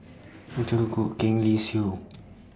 Tzu Goh Keng Lee Siew